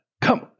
come